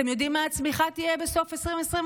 אתם יודעים מה הצמיחה תהיה בסוף 2023?